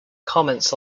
comments